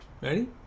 Ready